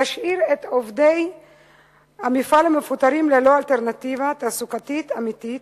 תשאיר את עובדי המפעל המפוטרים ללא אלטרנטיבה תעסוקתית אמיתית